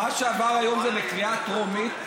מה שעבר היום, מה